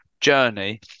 journey